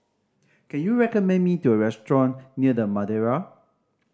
can you recommend me the restaurant near The Madeira